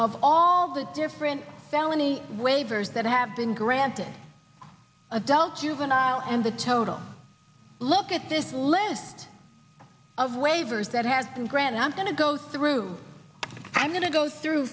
of all the different felony waivers that have been granted adult juvenile and the total look at this list of waivers that has been granted i'm going to go through i'm going to go through